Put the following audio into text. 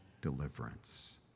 deliverance